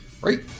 Right